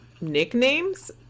nicknames